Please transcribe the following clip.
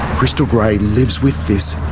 crystal grey lives with this